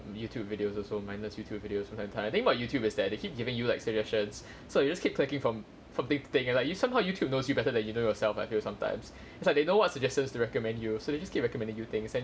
YouTube videos also mindless YouTube videos sometimes the thing about YouTube is that they keep giving you like suggestions so you just keep clicking from from thing thing like you somehow YouTube knows you better than you know yourself I feel sometimes it's like they know what's suggestions to recommend you so they just keep recommending you things